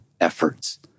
efforts